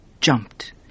jumped